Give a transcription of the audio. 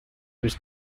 was